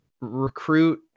recruit